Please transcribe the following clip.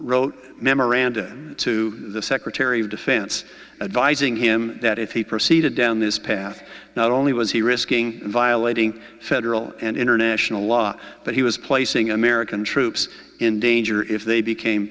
wrote memoranda to the secretary of defense advise ing him that if he proceeded down this path not only was he risking violating federal and international law but he was placing american troops in danger if they became